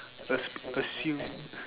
ass~ assume